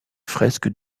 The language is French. fresques